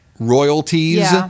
royalties